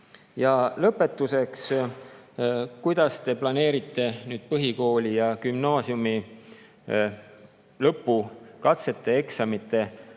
Ja lõpetuseks: kuidas te planeerite nüüd põhikooli ja gümnaasiumi lõpukatsete ja -eksamite